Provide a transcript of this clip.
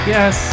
Yes